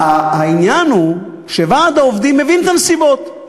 העניין הוא שוועד העובדים מבין את הנסיבות,